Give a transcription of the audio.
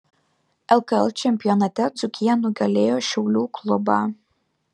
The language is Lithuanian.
lkl čempionate dzūkija nugalėjo šiaulių klubą